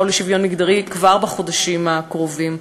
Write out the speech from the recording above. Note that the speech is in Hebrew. ולשוויון מגדרי כבר בחודשים הקרובים.